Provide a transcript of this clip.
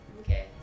Okay